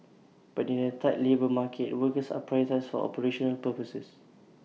but in A tight labour market workers are prioritised for operational purposes